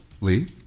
Lee